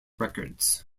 records